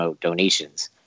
donations